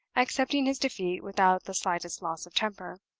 accepting his defeat without the slightest loss of temper.